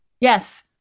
Yes